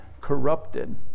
corrupted